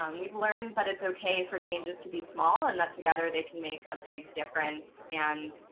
um we've learned that it's ok for changes to be small and that together they can make a big difference. and